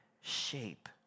shape